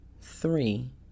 three